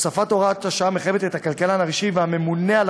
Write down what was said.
הוספת הוראת השעה מחייבת את הכלכלן הראשי והממונה על